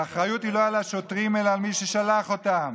האחריות היא לא על השוטרים אלא על מי ששלח אותם,